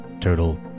Turtle